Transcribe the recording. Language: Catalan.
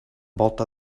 volta